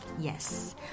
Yes